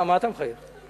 מה אתה מחייך?